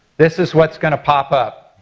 this is what's going to pop up.